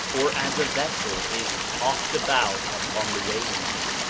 or as a vessel is tossed about upon the waves,